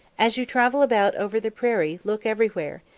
as you travel about over the prairie, look everywhere,